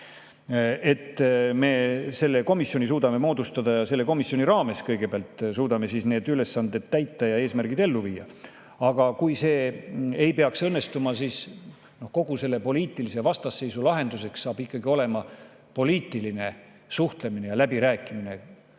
kõige olulisemaid ülesandeid, ning et selle komisjoni raames me suudame need ülesanded täita ja eesmärgid ellu viia. Aga kui see ei peaks õnnestuma, siis kogu selle poliitilise vastasseisu lahenduseks saab ikkagi olema poliitiline suhtlemine ja läbirääkimised